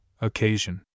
occasion